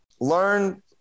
Learn